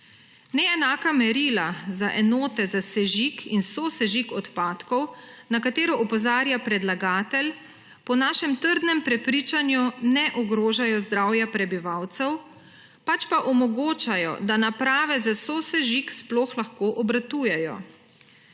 Neenaka merila za enote za sežig in sosežig odpadkov, na katero opozarja predlagatelj, po našem trdnem prepričanju ne ogrožajo zdravje prebivalcev, pač pa omogočajo, da naprave za sosežig sploh lahko obratujejo.